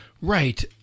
Right